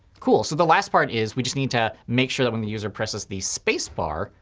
cool. so the last part is, we just need to make sure that when the user presses the spacebar,